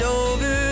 over